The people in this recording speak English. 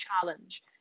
challenge